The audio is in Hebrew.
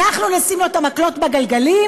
אנחנו נשים לו מקלות בגלגלים?